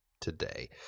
today